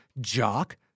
Jock